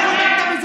אין מה לדון בזה.